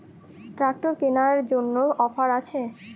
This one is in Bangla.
ট্রাক্টর কেনার জন্য অফার আছে?